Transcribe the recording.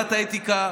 לוועדת האתיקה.